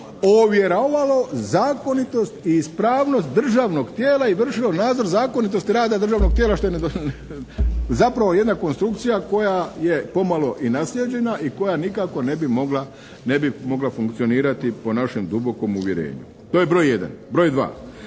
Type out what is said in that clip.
ovjeravalo zakonitost i ispravnost državnog tijela i vršilo nadzor zakonitosti rada državnog tijela što je zapravo jedna konstrukcija koja je pomalo i naslijeđena i koja nikako ne bi mogla funkcionirati po našem dubokom uvjerenju. To je broj 1. Broj 2.